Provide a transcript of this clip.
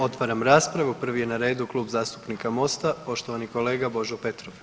Otvaram raspravu, prvi je na redu Klub zastupnika MOST-a, poštovani kolega Božo Petrov.